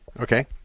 Okay